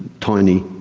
tiny,